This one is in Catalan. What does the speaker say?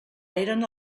eren